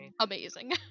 amazing